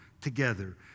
together